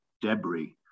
debris